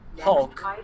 Hulk